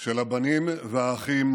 של הבנים והאחים